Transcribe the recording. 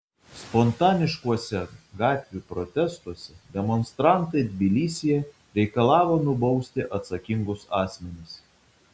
spontaniškuose gatvių protestuose demonstrantai tbilisyje reikalavo nubausti atsakingus asmenis